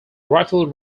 rifle